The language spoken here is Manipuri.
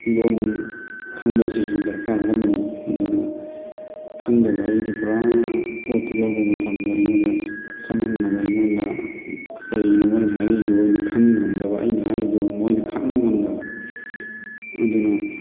ꯂꯣꯟ ꯈꯪꯕꯁꯤꯁꯨ ꯗꯔꯀꯥꯔ ꯑꯃꯅꯤ ꯑꯗꯨꯅ ꯈꯪꯗꯕ ꯑꯩꯗꯤ ꯄꯨꯔꯥ ꯄꯣꯠꯇꯣ ꯂꯧꯕ ꯃꯇꯝꯗ ꯑꯩꯉꯣꯟꯗ ꯆꯃꯝꯅꯕ ꯑꯩꯉꯣꯟꯗ ꯀꯔꯤꯅꯣ ꯃꯣꯏꯅ ꯍꯥꯏꯔꯛꯏꯗꯣ ꯑꯩꯅ ꯈꯪꯕ ꯉꯝꯗꯕ ꯑꯩꯅ ꯍꯥꯏꯔꯤꯗꯣ ꯃꯣꯏꯅ ꯈꯪꯕ ꯉꯝꯗꯕ ꯑꯗꯨꯅ